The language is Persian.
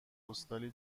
پستالی